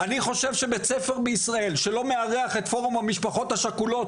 אני חושב שבית ספר בישראל שלא מארח את פורום המשפחות השכולות,